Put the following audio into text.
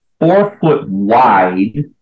four-foot-wide